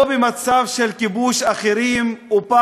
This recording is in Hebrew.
או במצב של כיבוש ופחד?